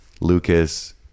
Lucas